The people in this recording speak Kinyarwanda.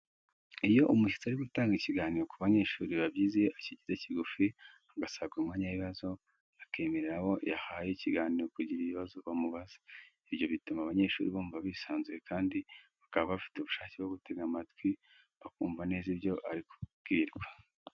Iyo umushyitsi ari gutanga ikiganiro ku banyeshuri biba byiza iyo akigize kigufi agasagura umwanya w'ibibazo, akemerera abo yahaye ikiganiro kugira ibibazo bamubaza. Ibyo bituma abanyeshuri bumva bisanzuye kandi bakaba bafite ubushake bwo gutega amatwi bakumva neza ibyo bari kubwirwa.